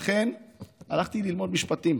לכן הלכתי ללמוד משפטים.